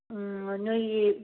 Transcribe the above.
ꯅꯈꯣꯏꯒꯤ